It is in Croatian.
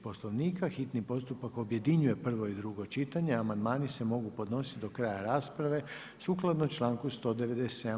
Poslovnika hitni postupak objedinjuje prvo i drugo čitanje, a amandmani se mogu podnositi do kraja rasprave sukladno članku 197.